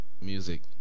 music